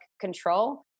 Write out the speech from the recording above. control